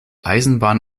eisenbahn